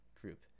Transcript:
group